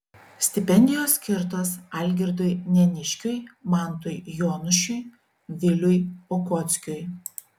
stipendijos skirtos algirdui neniškiui mantui jonušiui viliui okockiui